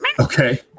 Okay